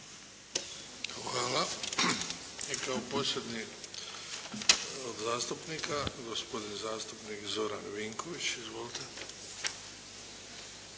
Hvala. I kao posljednji od zastupnika, gospodin zastupnik Zoran Vinković. Izvolite.